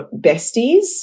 besties